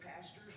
pastors